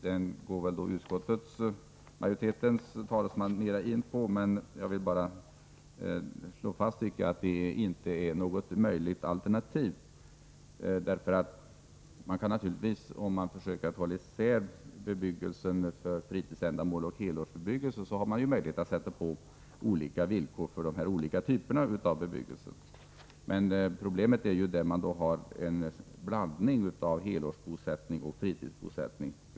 Det förslaget går väl utskottsmajoritetens talesman närmare in på, men jag vill slå fast att det inte är något möjligt alternativ. Om man försöker hålla isär bebyggelse för fritidsändamål och helårsbebyggelse, har man naturligtvis möjlighet att ställa olika villkor för de olika typerna av bebyggelse, men problemet visar sig där man har en blandning av helårsbosättning och fritidsbosättning.